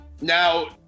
Now